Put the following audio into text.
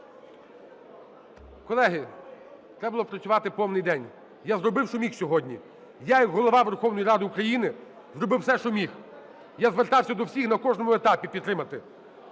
Колеги, треба було працювати повний день, я зробив, що міг сьогодні. Я як Голова Верховної Ради України зробив все, що міг. Я звертався до всіх на кожному етапі підтримати.